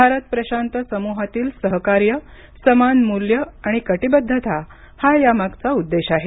भारत प्रशांत समूहातील सहकार्य समान मूल्ये आणि कटिबद्धता हा यामागचा उद्देश आहे